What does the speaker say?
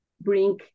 bring